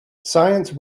science